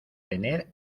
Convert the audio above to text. tener